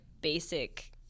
basic